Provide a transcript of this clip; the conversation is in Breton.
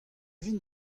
vin